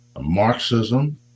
Marxism